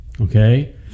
Okay